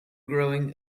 growing